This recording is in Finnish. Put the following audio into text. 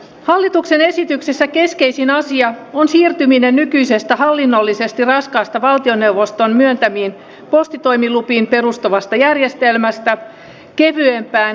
hallituksen esityksessä keskeisin asia on siirtyminen nykyisestä hallinnollisesti raskaasta valtioneuvoston myöntämiin postitoimilupiin perustuvasta järjestelmästä kevyempään ilmoituksenvaraiseen järjestelmään